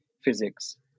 physics